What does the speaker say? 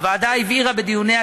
הוועדה הבהירה בדיוניה,